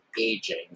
aging